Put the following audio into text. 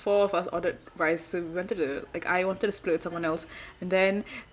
four of us ordered rice so we wanted to like I wanted to split someone else and then